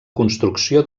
construcció